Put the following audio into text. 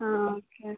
ആ okay okay